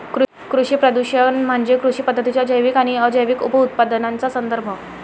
कृषी प्रदूषण म्हणजे कृषी पद्धतींच्या जैविक आणि अजैविक उपउत्पादनांचा संदर्भ